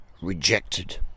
rejected